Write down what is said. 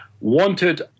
wanted